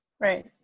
Right